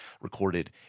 recorded